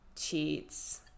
Cheats